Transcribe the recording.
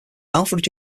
alfred